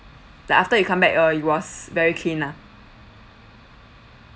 the after you come back uh it was very clean lah